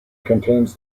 contains